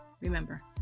Remember